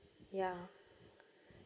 ya